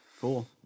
Cool